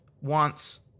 wants